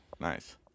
Nice